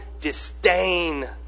disdain